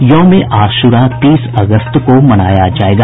यौम ए आशूरा तीस अगस्त को मनाया जायेगा